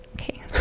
Okay